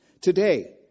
Today